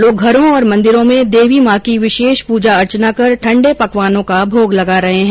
लोग घरों और मंदिरों में देवी मॉ की विशेष पूजा अर्चना कर ठण्डे पकवानों का भोग लगा रहे है